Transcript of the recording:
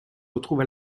retrouve